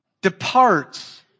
departs